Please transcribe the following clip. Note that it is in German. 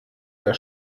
der